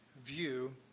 view